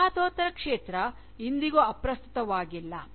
ವಸಾಹತೋತ್ತರ ಕ್ಷೇತ್ರ ಇಂದಿಗೂ ಅಪ್ರಸ್ತುತವಾಗಿಲ್ಲ